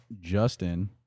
Justin